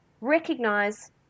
recognize